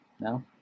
No